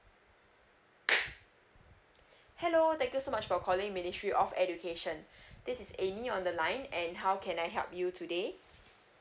hello thank you so much for calling ministry of education this is amy on the line and how can I help you today